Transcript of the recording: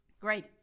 Great